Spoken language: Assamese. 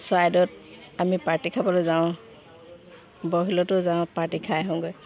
চৰাইদেউত আমি পাৰ্টী খাবলৈ যাওঁ বৰশিলতো যাওঁ পাৰ্টি খাই আহোঁগৈ